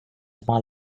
small